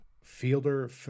fielder